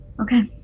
okay